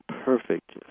perfect